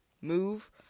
move